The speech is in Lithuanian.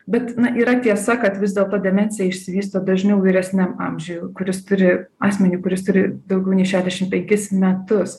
bet yra tiesa kad vis dėlto demencija išsivysto dažniau vyresniam amžiuj kuris turi asmeniui kuris turi daugiau nei šedešim penkis metus